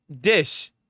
Dish